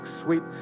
sweet